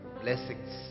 blessings